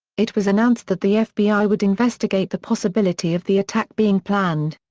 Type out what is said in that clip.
it was announced that the fbi would investigate the possibility of the attack being planned.